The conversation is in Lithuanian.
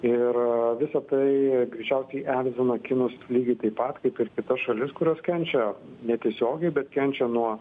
ir visa tai greičiausiai erzina kinus lygiai taip pat kaip ir kitas šalis kurios kenčia netiesiogiai bet kenčia nuo